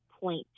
point